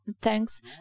thanks